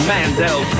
Mandel